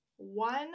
One